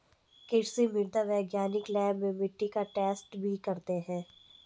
कृषि मृदा वैज्ञानिक लैब में मिट्टी का टैस्ट भी करते हैं